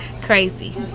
Crazy